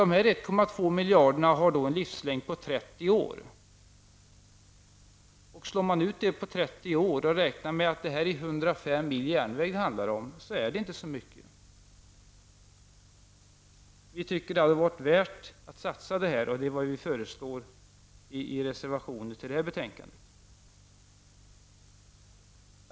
Men dessa 1,2 miljarder kronor har en livslängd på 30 år. Slår man ut den summan på 30 år och ser till att det handlar om 105 mil järnväg, är det inte så mycket. Vi anser att det hade varit värt att satsa denna summa, och det är vad miljöpartiet föreslår i reservationen till detta betänkande.